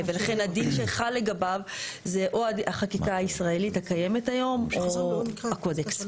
ולכן הדין שלך לגביו זה או החקיקה הישראלית הקיימת היום או הקודקס.